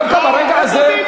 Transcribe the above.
דווקא ברגע הזה?